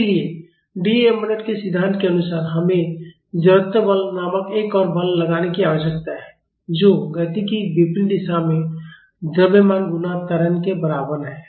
इसलिए डीअलेम्बर्ट के सिद्धांत के अनुसार हमें जड़त्व बल नामक एक और बल लगाने की आवश्यकता है जो गति की विपरीत दिशा में द्रव्यमान गुणा त्वरण के बराबर है